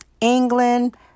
England